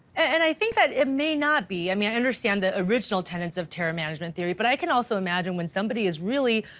and i think that it may not be i mean, i understand the original tenants of terror management theory. but i can also imagine when somebody is really,